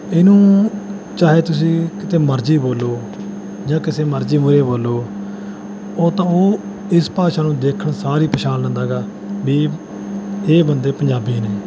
ਇਹਨੂੰ ਚਾਹੇ ਤੁਸੀਂ ਕਿਤੇ ਮਰਜੀ ਬੋਲੋ ਜਾਂ ਕਿਸੇ ਮਰਜੀ ਮੂਹਰੇ ਬੋਲੋ ਉਹ ਤਾਂ ਉਹ ਇਸ ਭਾਸ਼ਾ ਨੂੰ ਦੇਖਣ ਸਾਰ ਹੀ ਪਹਿਚਾਣ ਲੈਂਦਾ ਗਾ ਵੀ ਇਹ ਬੰਦੇ ਪੰਜਾਬੀ ਨੇ